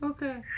Okay